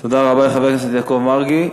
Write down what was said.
תודה רבה לחבר הכנסת יעקב מרגי.